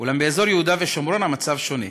אולם באזור יהודה ושומרון המצב שונה,